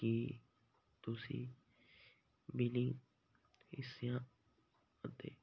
ਕੀ ਤੁਸੀਂ ਬਿਲਿੰਗ ਹਿੱਸਿਆਂ ਅਤੇ